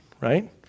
right